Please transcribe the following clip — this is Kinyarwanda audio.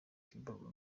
thabo